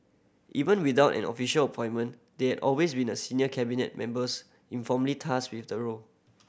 even without an official appointment there had always been a senior Cabinet members informally tasked with the role